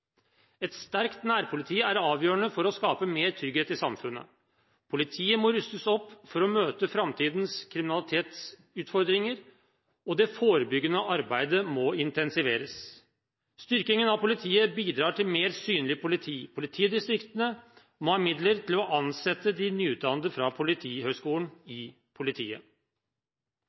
Et sterkt nærpoliti er avgjørende for å skape mer trygghet i samfunnet. Politiet må rustes opp for å møte framtidens kriminalitetsutfordringer, og det forebyggende arbeidet må intensiveres. Styrkingen av politiet bidrar til mer synlig politi. Politidistriktene må ha midler til å ansette de nyutdannede fra Politihøgskolen i politiet.